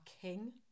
king